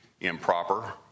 improper